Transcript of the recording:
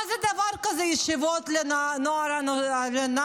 מה זה הדבר הזה ישיבות לנוער נושר?